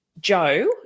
Joe